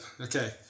Okay